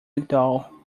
doll